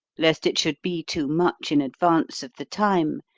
lest it should be too much in advance of the time,